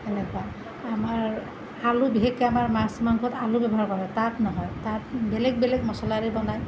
সেনেকুৱা আমাৰ আলু বিশেষকৈ আমাৰ মাছ মাংসত আলু ব্যৱহাৰ কৰে তাত নহয় তাত বেলেগ বেলেগ মছলাৰে বনায়